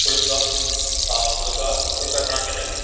फुल्का हा फुल्का फुल्का घणा केंदा